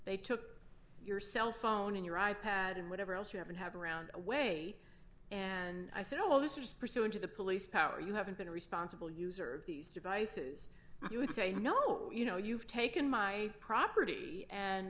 they took your cell phone in your i pad and whatever else you happen to have around away and i said well this is pursuant to the police power you haven't been responsible user of these devices you would say no you know you've taken my property and